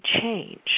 change